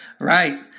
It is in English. right